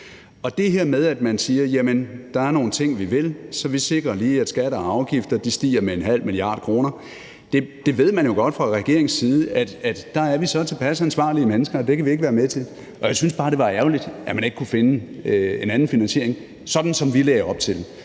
det her med, at man siger, at der er nogle ting, man vil, så man sikrer lige, at skatter og afgifter stiger med 0,5 mia. kr., ved man jo godt fra regeringens side, at vi dér er så tilpas ansvarlige mennesker, at vi ikke kan være med til det. Jeg synes bare, det var ærgerligt, at man ikke kunne finde en anden finansiering, sådan som vi lagde op til,